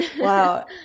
Wow